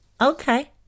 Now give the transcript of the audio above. Okay